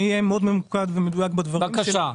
אני מאוד ממוקד ומדויק בדברים שלי.